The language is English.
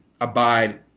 abide